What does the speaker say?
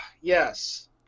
yes